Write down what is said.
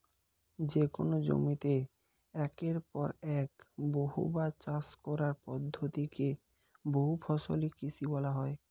যেকোন জমিতে একের পর এক বহুবার চাষ করার পদ্ধতি কে বহুফসলি কৃষি বলা হয়